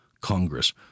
Congress